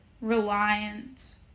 reliance